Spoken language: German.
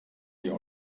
wir